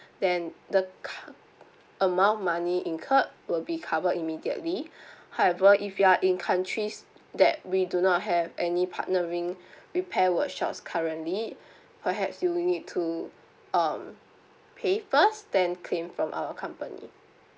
then the car amount money incurred will be covered immediately however if you are in countries that we do not have any partnering repair workshops currently perhaps you will need to um pay first then claim from our company